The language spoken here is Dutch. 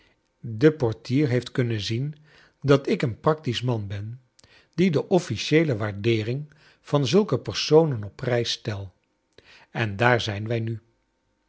de portier heeft kunnen zien dat ik een practisch man ben die de ofiicieele waardeering van zulke personen op prijs stel en daar zijn wij nul